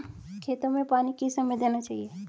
खेतों में पानी किस समय देना चाहिए?